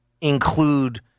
include